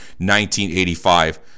1985